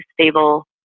stable